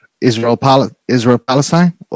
Israel-Palestine